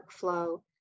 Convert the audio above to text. workflow